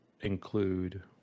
include